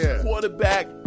quarterback